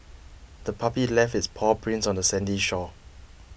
the puppy left its paw prints on the sandy shore